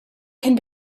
can